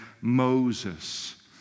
Moses